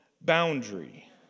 boundary